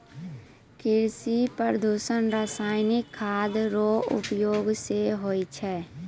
कृषि प्रदूषण रसायनिक खाद रो प्रयोग से हुवै छै